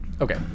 Okay